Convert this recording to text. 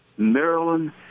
Maryland